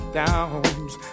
downs